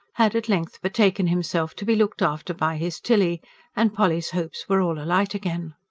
had at length betaken himself, to be looked after by his tilly and polly's hopes were all alight again.